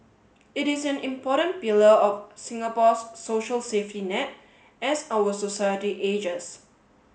it is an important pillar of Singapore's social safety net as our society ages